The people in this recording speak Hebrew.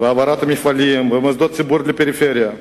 בהעברת מפעלים ומוסדות ציבור לפריפריה.